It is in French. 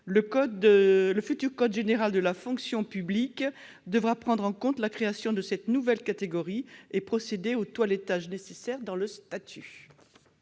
Le futur code général de la fonction publique devra prendre en compte la création de cette nouvelle catégorie et procéder au toilettage nécessaire du statut.